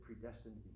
predestined